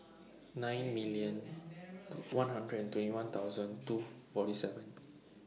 nine million to one hundred and twenty one thousand two forty seven